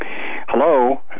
Hello